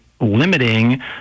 limiting